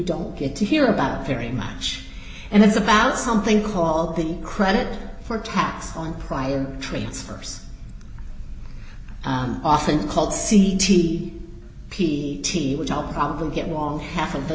don't get to hear about very much and it's about something called the credit for tax on prior trades hours often called c t p t which i'll probably get was half of the